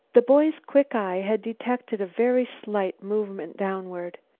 the boy's quick eye had detected a very slight movement downward.